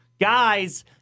guys